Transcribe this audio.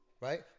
right